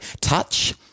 touch